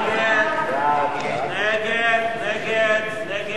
הכנסת ג'מאל זחאלקה וחנין זועבי לסעיף